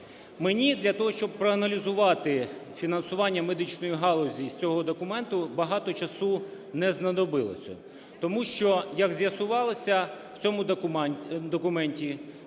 Мені для того, щоб проаналізувати фінансування медичної галузі з цього документу, багато часу не знадобилося. Тому що, як з'ясувалося, в цьому документі